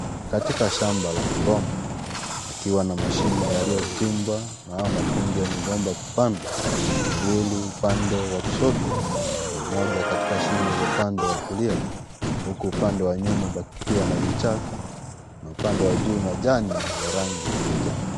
Katika shamba la migomba pakiwa na mashimo yaliyochimbwa na hayo makundi ya migomba kupandwa , miwili pande ya kushoto na moja katika upande wa kulia huku upande wa nyuma pakiwa ni vichaka na upande wa juu majani ya rangi ya kijani.